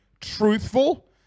truthful